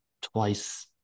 twice